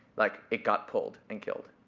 like, it got pulled and killed.